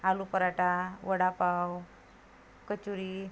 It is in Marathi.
आलू पराठा वडापाव कचोरी